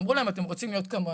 אמרו להם 'אתם רוצים להיות כמוהם?